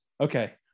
Okay